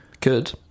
Good